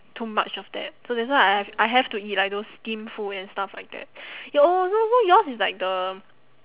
too much of that so that's why I have I have to eat like those steam food and stuff like that your oh so so yours is like the